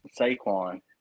Saquon